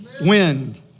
wind